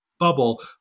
bubble